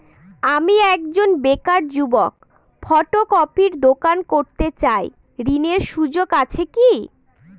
আমি একজন বেকার যুবক ফটোকপির দোকান করতে চাই ঋণের সুযোগ আছে কি?